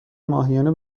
ماهیانه